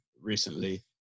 recently